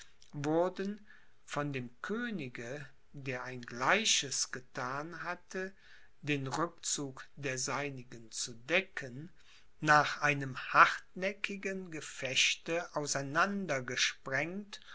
wurden von dem könige der ein gleiches gethan hatte den rückzug der seinigen zu decken nach einem hartnäckigen gefechte auseinander gesprengt